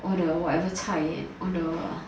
all the whatever 菜 all the